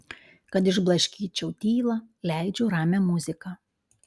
kad išblaškyčiau tylą leidžiu ramią muziką